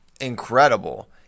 incredible